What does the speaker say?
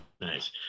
Nice